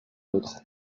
l’autre